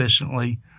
efficiently